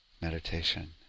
meditation